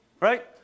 right